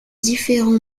différents